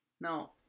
No